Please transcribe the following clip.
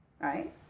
Right